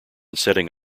setting